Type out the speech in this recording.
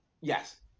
Yes